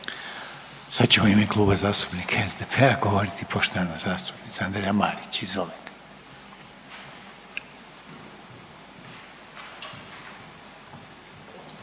Sad će u ime Kluba zastupnika SDP-a govoriti poštovana zastupnica Andreja Marić, izvolite.